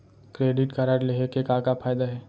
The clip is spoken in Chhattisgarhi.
क्रेडिट कारड लेहे के का का फायदा हे?